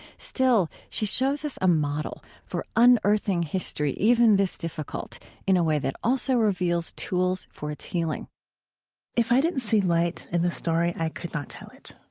still, she shows us a model for unearthing history even this difficult in a way that also reveals tools for its healing if i didn't see light in the story, i could not tell it.